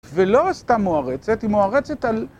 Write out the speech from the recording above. ולא סתם מוערצת, היא מוערצת על...